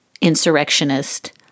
insurrectionist